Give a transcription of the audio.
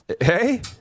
Hey